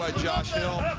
ah josh hill.